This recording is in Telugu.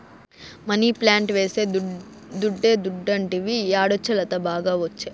మనీప్లాంట్ వేస్తే దుడ్డే దుడ్డంటివి యాడొచ్చే లత, బాగా ఒచ్చే